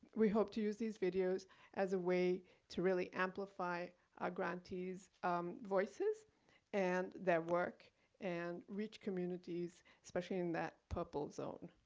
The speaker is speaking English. we hope to use these videos as a way to really amplify our grantees' voices and their work and reach communities, especially in that purple zone.